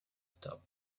stop